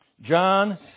John